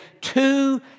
two